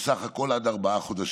ובסך הכול עד ארבעה חודשים.